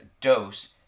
dose